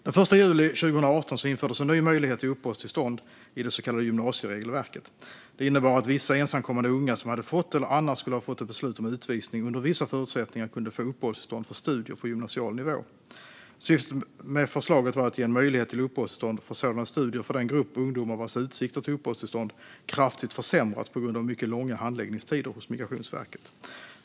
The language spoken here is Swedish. Den 1 juli 2018 infördes en ny möjlighet till uppehållstillstånd i det så kallade gymnasieregelverket. Det innebar att vissa ensamkommande unga som hade fått eller annars skulle ha fått ett beslut om utvisning under vissa förutsättningar kunde få uppehållstillstånd för studier på gymnasial nivå. Syftet med förslaget var att ge en möjlighet till uppehållstillstånd för sådana studier för den grupp ungdomar vars utsikter till uppehållstillstånd kraftigt försämrats på grund av mycket långa handläggningstider hos Migrationsverket.